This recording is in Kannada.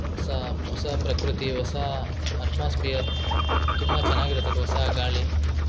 ಸಹ ಹೊಸಾ ಪ್ರಕೃತಿ ಹೊಸಾ ಅಟ್ಮಾಸ್ಪಿಯರ್ ತುಂಬ ಚೆನ್ನಾಗಿರುತದೆ ಹೊಸಾ ಗಾಳಿ